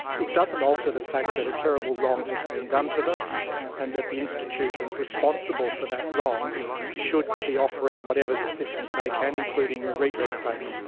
it doesn't alter the fact that a terrible wrong has been done to them and that the institutions responsible for that wrong should be offering whatever assistance they can, including a redress payment.